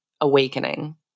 awakening